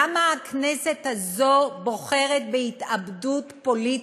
למה הכנסת הזאת בוחרת בהתאבדות פוליטית?